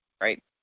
right